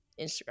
Instagram